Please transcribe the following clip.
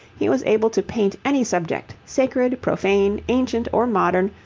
he was able to paint any subject, sacred, profane, ancient, or modern,